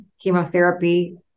chemotherapy